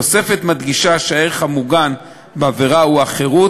התוספת מדגישה שהערך המוגן בעבירה הוא החירות,